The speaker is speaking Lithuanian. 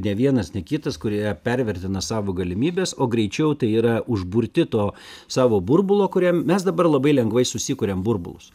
ne vienas ne kitas kurie pervertina savo galimybes o greičiau tai yra užburti to savo burbulo kuriam mes dabar labai lengvai susikuriam burbulus